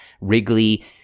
wrigley